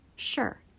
Sure